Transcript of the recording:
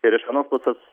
ir iš vienos pusės